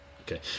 Okay